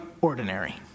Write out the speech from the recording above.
ordinary